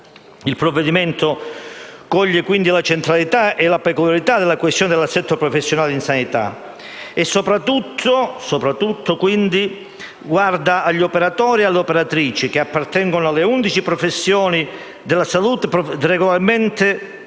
il provvedimento coglie la centralità e la peculiarità della questione dell'assetto professionale nella Sanità e soprattutto guarda agli operatori e alle operatrici che appartengono alle 11 professioni della salute regolamentate